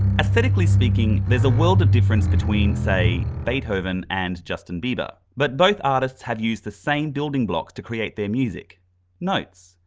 aesthetically speaking, there's a world of difference between, say, beethoven and justin bieber, but both artists have used the same building blocks to create their music notes.